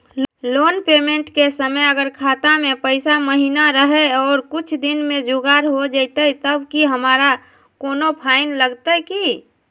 Loan payment के समय अगर खाता में पैसा महिना रहै और कुछ दिन में जुगाड़ हो जयतय तब की हमारा कोनो फाइन लगतय की?